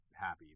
happy